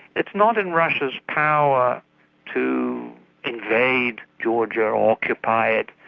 it's not in russia's power to invade georgia or occupy it,